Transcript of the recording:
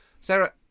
Sarah